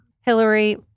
Hillary